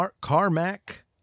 Carmack